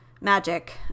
magic